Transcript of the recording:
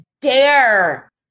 dare